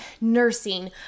nursing